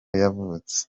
yavutse